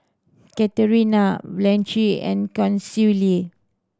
Katharina Blanche and Consuela